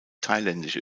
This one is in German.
thailändische